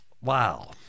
Wow